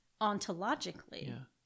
ontologically